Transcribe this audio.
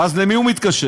ואז, למי הוא מתקשר?